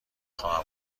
خواهم